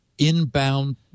Inbound